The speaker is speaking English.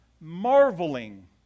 marveling